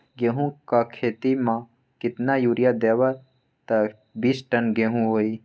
गेंहू क खेती म केतना यूरिया देब त बिस टन गेहूं होई?